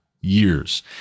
years